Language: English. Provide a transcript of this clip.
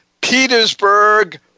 Petersburg